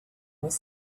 was